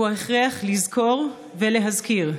הוא ההכרח לזכור ולהזכיר,